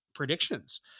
predictions